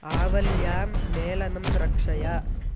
आवल्यां मेलनं रक्षय